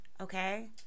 okay